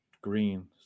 green